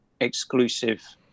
exclusive